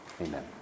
Amen